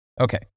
okay